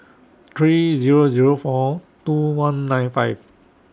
three Zero Zero four two one nine five